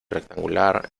rectangular